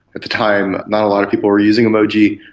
at the time not a lot of people were using emoji,